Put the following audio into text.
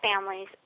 families